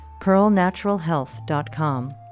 pearlnaturalhealth.com